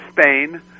Spain